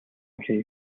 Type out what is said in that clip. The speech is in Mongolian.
хийв